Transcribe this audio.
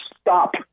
stop